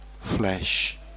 flesh